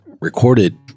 recorded